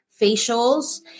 facials